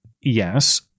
yes